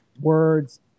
words